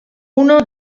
uno